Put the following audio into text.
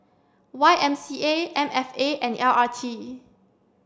Y M C A M F A and L R T